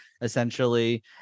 essentially